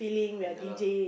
ya lah